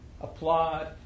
applaud